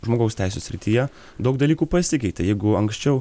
žmogaus teisių srityje daug dalykų pasikeitė jeigu anksčiau